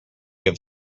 have